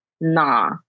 Nah